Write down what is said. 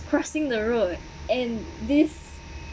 crossing the road and this